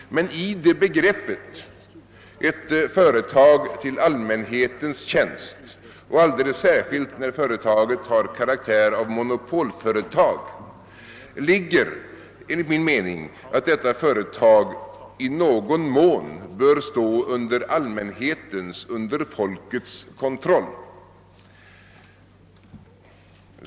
Men i det begreppet, ett företag till allmänhetens tjänst, ligger — alldeles särskilt när företaget har karaktär av monopolföretag — enligt min mening att detta företag i någon mån bör stå under allmänhetens, under folkets kontroll.